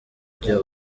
jya